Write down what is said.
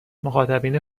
مخاطبین